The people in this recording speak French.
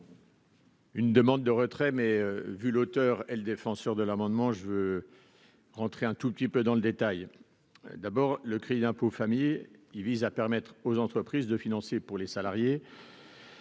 Une demande de retrait, mais vu l'auteur et le défenseur de l'amendement, je veux rentrer un tout petit peu dans le détail, d'abord, le crédit d'impôt famille il vise à permettre aux entreprises de financer pour les salariés